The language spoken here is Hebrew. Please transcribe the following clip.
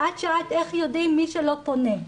שומרי סף למשל, את שאלת איך יודעים מי שלא פונה.